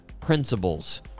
principles